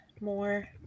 more